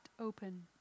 open